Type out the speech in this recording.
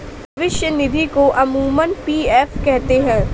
भविष्य निधि को अमूमन पी.एफ कहते हैं